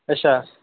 अच्छा